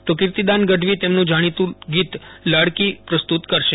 તો કિર્તીદાનગઢવી તેમનું જાણીતું ગીત લાડકી પ્રસ્તુત કરશે